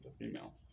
female